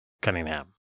Cunningham